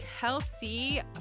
Kelsey